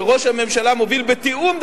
שראש הממשלה מוביל בתיאום,